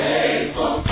Faithful